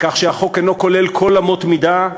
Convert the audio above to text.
מכך שהחוק אינו כולל כל אמות מידה,